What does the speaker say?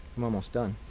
i'm almost done.